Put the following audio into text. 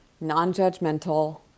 non-judgmental